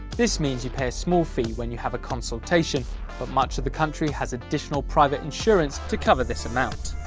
this means you pay a small fee when you have a consultation but much of the country has additional private insurance to cover this amount.